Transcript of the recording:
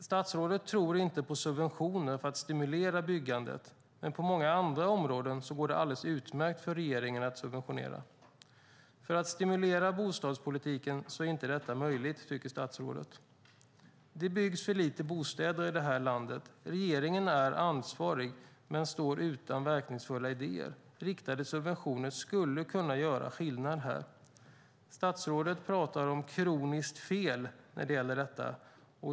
Statsrådet tror inte på subventioner för att stimulera byggandet, men på många andra områden går det alldeles utmärkt för regeringen att subventionera. För att stimulera bostadspolitiken är inte detta möjligt, tycker statsrådet. Det byggs för lite bostäder i det här landet. Regeringen är ansvarig men står utan verkningsfulla idéer. Riktade subventioner skulle kunna göra skillnad här. Statsrådet pratar om ett kroniskt fel när det gäller detta.